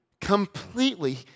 completely